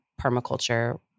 permaculture